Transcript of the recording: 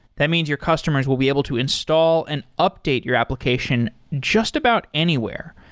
that means your customers will be able to install and update your application just about anywhere.